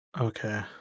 Okay